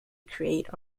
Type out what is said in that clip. create